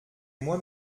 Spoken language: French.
moi